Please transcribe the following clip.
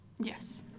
Yes